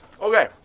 Okay